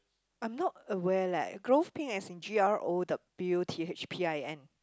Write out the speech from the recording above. I'm not aware leh growth pin as in G R O W T H P I N